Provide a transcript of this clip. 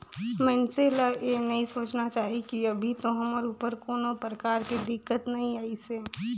मइनसे ल ये नई सोचना चाही की अभी तो हमर ऊपर कोनो परकार के दिक्कत नइ आइसे